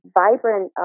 vibrant